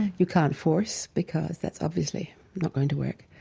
you can't force because that's obviously not going to work.